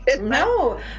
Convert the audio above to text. No